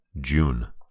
June